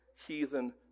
heathen